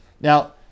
Now